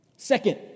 Second